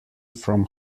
from